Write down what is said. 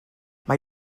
mae